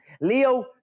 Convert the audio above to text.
Leo